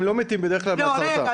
הם לא מתים בדרך כלל מהסרטן,